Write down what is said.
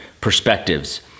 perspectives